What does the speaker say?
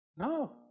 No